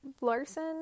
Larson